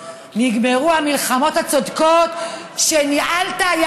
נגמרו המלחמות הצודקות שניהלת,